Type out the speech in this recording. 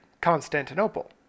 Constantinople